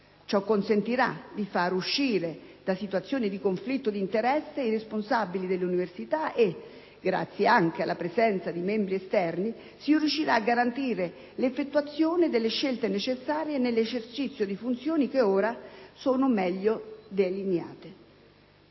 Ciò consentirà di far uscire da situazioni di conflitto di interesse i responsabili delle università e, grazie anche alla presenza di membri esterni, si riuscirà a garantire l'effettuazione delle scelte necessarie nell'esercizio di funzioni che ora sono meglio delineate.